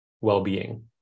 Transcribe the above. well-being